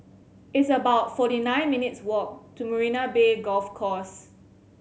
it's about forty nine minutes' walk to Marina Bay Golf Course